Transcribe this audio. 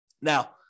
Now